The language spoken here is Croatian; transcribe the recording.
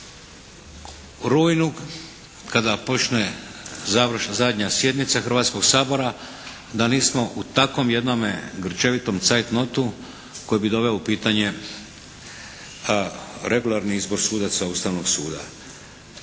u rujnu kada počne završna, zadnja sjednica Hrvatskoga sabora da nismo u takvom jednome grčevitom cajt notu koji bi doveo u pitanje regularni izbor sudaca Ustavnog suda.